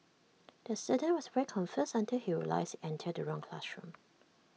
the student was very confused until he realised entered the wrong classroom